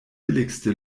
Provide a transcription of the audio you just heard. billigste